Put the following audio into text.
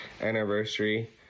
anniversary